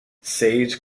sage